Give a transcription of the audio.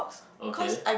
okay